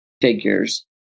figures